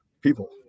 people